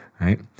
right